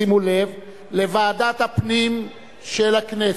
שימו לב, לוועדת הפנים של הכנסת.